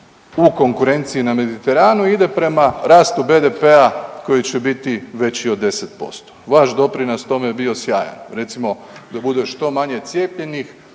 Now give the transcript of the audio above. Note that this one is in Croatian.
u konkurenciji na Mediteranu ide prema rastu BDP-a koji će biti veći od 10%. Vaš doprinos tome je bio sjajan. Recimo da bude što manje cijepljenih,